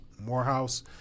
Morehouse